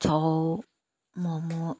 ꯆꯧ momo